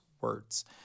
words